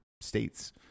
states